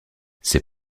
ses